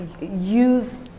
use